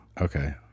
Okay